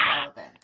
relevant